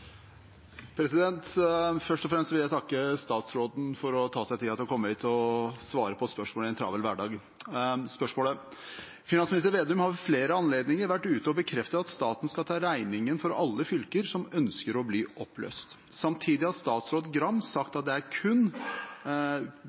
Først og fremst vil jeg takke statsråden for å ta seg tid til å komme hit og svare på spørsmålet i en travel hverdag. Spørsmålet er: «Finansministeren har ved flere anledninger vært ute og bekreftet at staten skal ta regningen for alle fylker som ønsker å bli oppløst, og samtidig har statsråd Bjørn Arild Gram sagt at det kun er